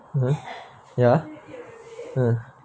(uh huh) ya uh